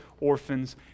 orphans